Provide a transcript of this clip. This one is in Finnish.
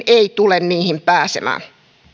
ei tule niihin pääsemään